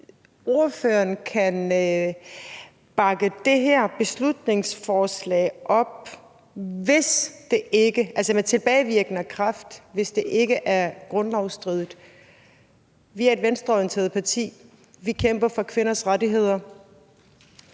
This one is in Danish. ordføreren kan bakke det her beslutningsforslag, der har tilbagevirkende kraft, hvis det ikke er grundlovsstridigt. Vi er et venstreorienteret parti, og vi kæmper for kvinders rettigheder.